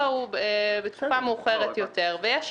נעשה בתקופה מאוחרת יותר ויש שינויים.